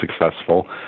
successful